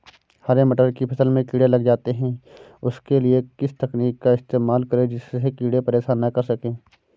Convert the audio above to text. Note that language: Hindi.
हरे मटर की फसल में कीड़े लग जाते हैं उसके लिए किस तकनीक का इस्तेमाल करें जिससे कीड़े परेशान ना कर सके?